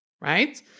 Right